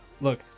Look